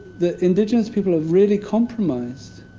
the indigenous people have really compromised.